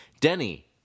Denny